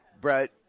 Brett